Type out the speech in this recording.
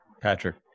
Patrick